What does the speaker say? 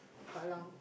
Pak-Lang